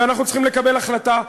ואנחנו צריכים לקבל החלטה.